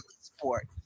sport